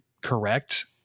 correct